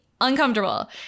uncomfortable